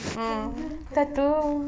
di tanjong katong